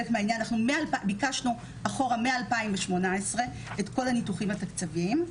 ביקשנו אחורה מ-2018, את כל הניתוחים התקציביים.